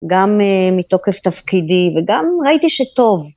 גם מתוקף תפקידי, וגם ראיתי שטוב.